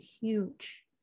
huge